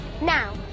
Now